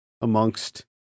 amongst